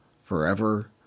forever